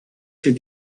ces